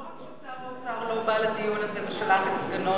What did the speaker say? לא רק ששר האוצר לא בא לדיון הזה ושלח את סגנו,